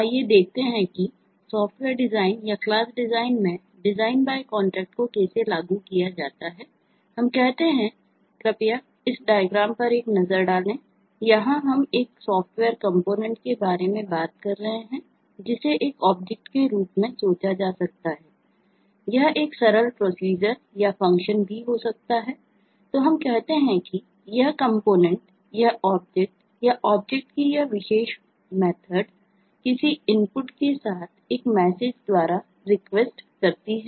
आइए देखते हैं कि सॉफ्टवेयर डिज़ाइन करती है